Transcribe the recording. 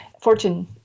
Fortune